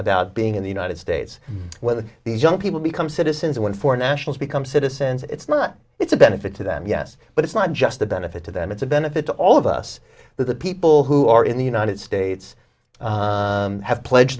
about being in the united states whether these young people become citizens when foreign nationals become citizens it's not it's a benefit to them yes but it's not just a benefit to them it's a benefit to all of us that the people who are in the united states have pledge